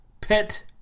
pet